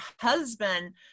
husband